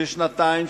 במשך שנתיים,